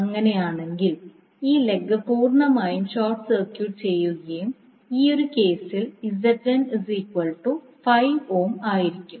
അങ്ങനെയാണെങ്കിൽ ഈ ലെഗ് പൂർണ്ണമായും ഷോർട്ട് സർക്യൂട്ട് ചെയ്യുകയും ഈയൊരു കേസിൽ ആയിരിക്കും